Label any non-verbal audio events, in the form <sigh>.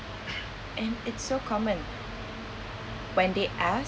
<coughs> and it's so common when they asked